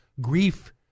grief